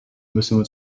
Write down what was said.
müssen